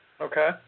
Okay